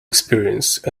experience